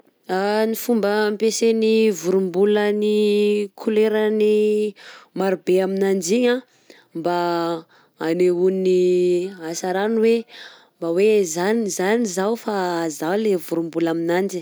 Ny fomba ampiasain'ny vorombola ny kolerany maro be aminanjy igny anh mba hanehoany hasaragny hoe mba hoe izany izany zaho fa zaho le vorombola aminanjy.